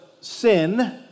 sin